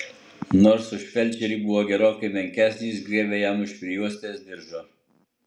nors už felčerį buvo gerokai menkesnis griebė jam už prijuostės diržo